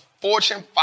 Fortune